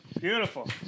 beautiful